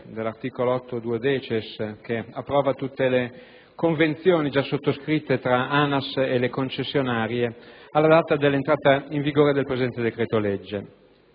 dell'articolo 8-*duodecies*, che approva tutte le convenzioni già sottoscritte tra ANAS e concessionarie alla data dell'entrata in vigore del presente decreto‑legge